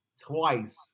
twice